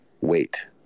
wait